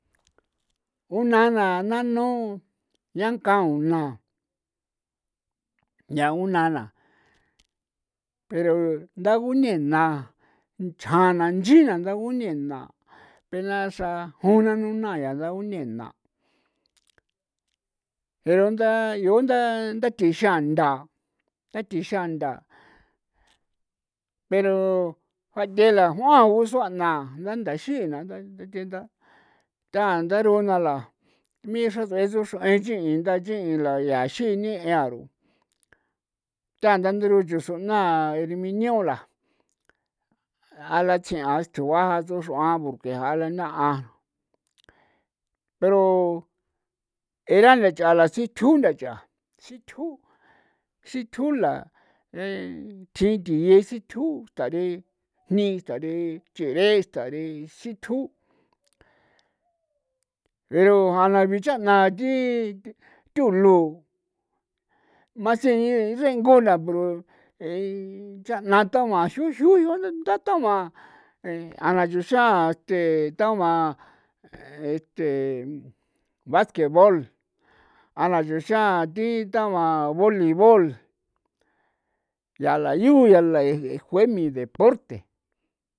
Una na nanu yanka una yaa una na pero ndagu nena nchjan na inchin na ndagu nena pena xra jon nanu na ya ndagu nena pero nda yu nda nda thixian ntha nda thixian ntha pero bathe'ela juan gua usua na nda nthaxii na nda nthe nda na nda ndaruna la mixra ts'ue nda suxrue'en chin' nda chin' la yaa xii ñe'ian ru nthaa ndaru'u chusunaa erminio la a la tsi a tsju'ua ja'a tsuxr'uan por que ja'a a la na'an pero era a nthach'a la sithju nthach'a sithju sithju la thjii thiye sithju stare jni stare cheree stare sithju pero jana bicha' na thi thulu más si xringu labru cha'na ta'man xuxu ntha ta'man a la xuxian este ta'man este baskebol a la xuxian thi ta'man boli vol yaa la yu yaa la jue mi deporte.